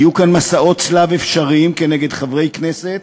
יהיו כאן מסעות צלב אפשריים כנגד חברי כנסת,